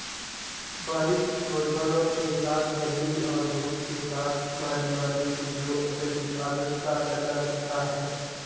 बारिश की बौछारों के साथ गर्मी और धूप के साथ बारी बारी से जो अत्यधिक आर्द्रता पैदा करता है